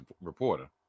reporter